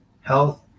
health